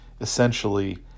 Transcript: essentially